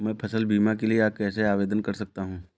मैं फसल बीमा के लिए कैसे आवेदन कर सकता हूँ?